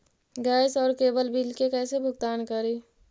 Gas और cable bill के कैसे भुगतान करी?